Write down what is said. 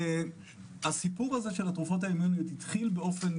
הסיפור של התרופות ה- -- התחיל באופן